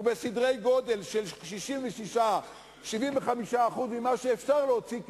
הוא בסדרי גודל של 66% 75% ממה שאפשר להוציא.